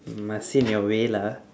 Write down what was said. you must say in your way lah